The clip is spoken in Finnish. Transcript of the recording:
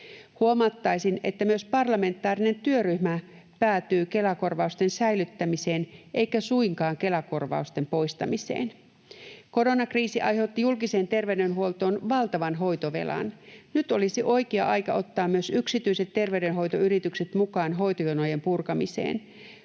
Huomauttaisin, että myös parlamentaarinen työryhmä päätyy Kela-korvausten säilyttämiseen eikä suinkaan Kela-korvausten poistamiseen. Koronakriisi aiheutti julkiseen terveydenhuoltoon valtavan hoitovelan. Nyt olisi oikea aika ottaa myös yksityiset terveydenhoitoyritykset mukaan hoitojonojen purkamiseen.